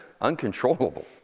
Uncontrollable